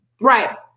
Right